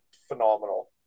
Phenomenal